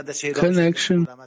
Connection